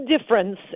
difference